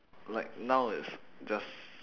like now it's just